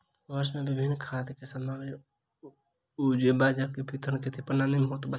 वर्ष मे विभिन्न खाद्य सामग्री उपजेबाक विवरण खेती प्रणाली में होइत अछि